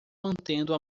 mantendo